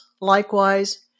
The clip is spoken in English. Likewise